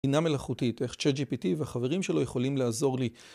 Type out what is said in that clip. בינה מלאכותית, איך צ'אט ג'יפיטי והחברים שלו יכולים לעזור לי